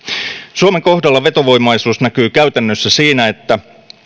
suomen kohdalla vetovoimaisuus näkyy käytännössä siinä että